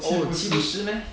oh 七步诗 meh